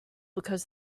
because